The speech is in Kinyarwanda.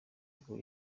ubwo